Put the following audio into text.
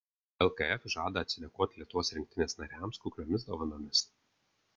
lkf žada atsidėkoti lietuvos rinktinės nariams kukliomis dovanomis